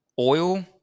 oil